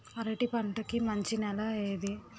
అరటి పంట కి మంచి నెల ఏది?